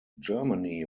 germany